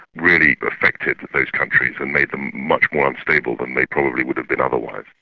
really affected those countries and made them much more unstable than they probably would have been otherwise.